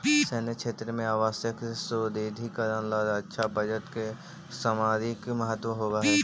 सैन्य क्षेत्र में आवश्यक सुदृढ़ीकरण ला रक्षा बजट के सामरिक महत्व होवऽ हई